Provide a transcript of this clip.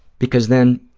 because then